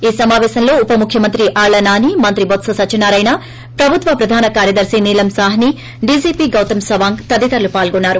ఈ సమావేశంలో ఉప ముఖ్యమంత్రి ఆళ్లనాని మంత్రి బొత్స సత్యనారాయణ ప్రభుత్వ ప్రధాన కార్యదర్తి నీలం సాహ్పి డీజీపీ గౌతం సవాంగ్ తదితరులు పాల్గొన్నారు